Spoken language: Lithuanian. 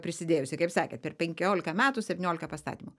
prisidėjusi kaip sakėt per penkiolika metų septyniolika pastatymų